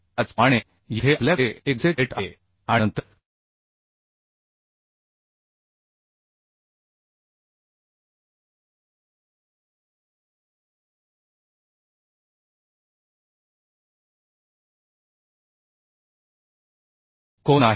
त्याचप्रमाणे येथे आपल्याकडे एक गसेट प्लेट आहे आणि नंतर कोन आहे